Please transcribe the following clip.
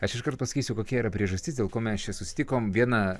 aš iškart pasakysiu kokia yra priežastis dėl ko mes čia susitikom viena